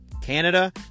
Canada